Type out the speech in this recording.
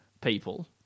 people